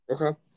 Okay